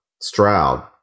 Stroud